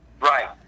Right